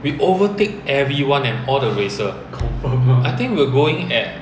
we overtake everyone and all the racer I think we were going at